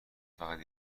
فقط